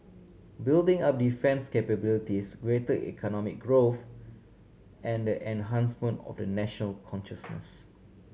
building up defence capabilities greater economic growth and the enhancement of a national consciousness